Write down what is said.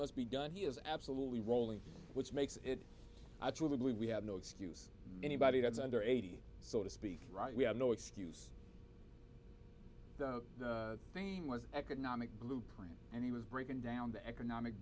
not be done he is absolutely rolling which makes it i truly believe we have no excuse anybody that's under eighty so to speak right we have no excuse same was economic blueprint and he was breaking down the economic